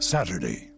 Saturday